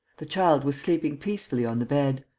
the child was sleeping peacefully on the bed.